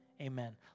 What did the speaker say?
Amen